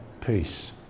peace